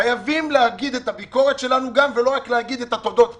חייבים להגיד גם את הביקורת שלנו ולא רק להגיד את התודות פה.